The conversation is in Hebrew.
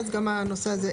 אז גם הנושא הזה,